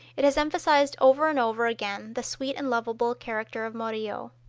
it has emphasized over and over again the sweet and lovable character of murillo.